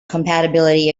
compatibility